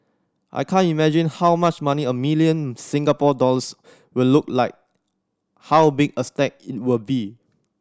I can't imagine how much money a million Singapore dollars will look like how big a stack it will be